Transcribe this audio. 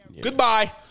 Goodbye